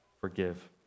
forgive